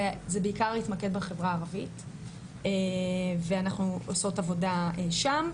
זה בעיקר התמקד בחברה הערבית ואנחנו עושות עבודה שם,